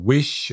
Wish